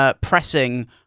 pressing